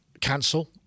cancel